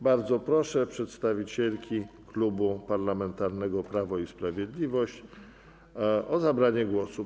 Bardzo proszę przedstawicielki Klubu Parlamentarnego Prawo i Sprawiedliwość o zabranie głosu.